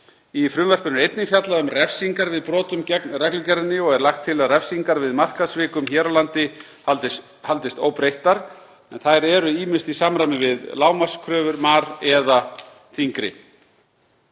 Í frumvarpinu er einnig fjallað um refsingar við brotum gegn reglugerðinni og er lagt til að refsingar við markaðssvikum hér á landi haldist óbreyttar en þær eru ýmist í samræmi við lágmarkskröfur MAR eða þyngri.